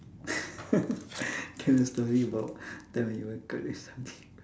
tell a story about that when you were caught doing something